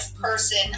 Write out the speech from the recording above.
person